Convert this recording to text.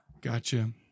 Gotcha